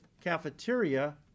cafeteria